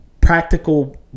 practical